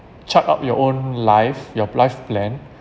chart out your own life your life plan